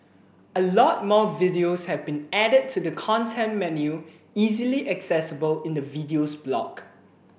a lot more videos have been added to the content menu easily accessible in the Videos block